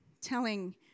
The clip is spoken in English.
telling